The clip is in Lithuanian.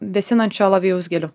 vėsinančio alavijaus geliu